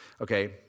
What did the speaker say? Okay